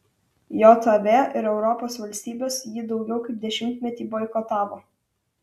jav ir europos valstybės jį daugiau kaip dešimtmetį boikotavo